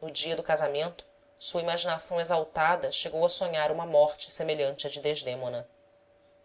no dia do casamento sua imaginação exaltada chegou a sonhar uma morte semelhante à de